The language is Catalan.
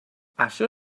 això